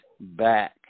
back